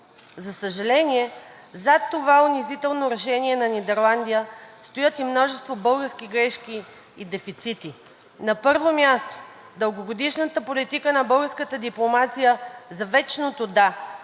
За съжаление, зад това унизително решение на Нидерландия стоят и множество български грешки и дефицити. На първо място, дългогодишната политика на българската дипломация за вечното „Да!“,